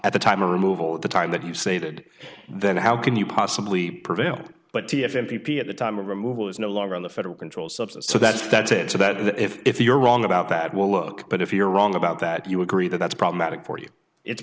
at the time removal at the time that you say did then how can you possibly prevail but if n p p at the time removal is no longer on the federal controlled substance so that's that's it so that if you're wrong about that well look but if you're wrong about that you agree that that's problematic for you it's